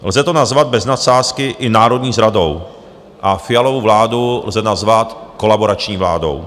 Lze to nazvat bez nadsázky i národní zradou a Fialovu vládu lze nazvat kolaborační vládou.